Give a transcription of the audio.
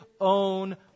own